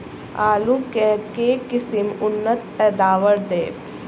आलु केँ के किसिम उन्नत पैदावार देत?